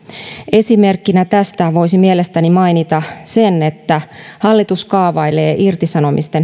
esimerkkinä tästä voisi mielestäni mainita sen että hallitus kaavailee irtisanomisten